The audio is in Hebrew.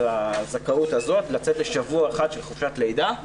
הזכאות הזאת לצאת לשבוע אחד של חופשת לידה,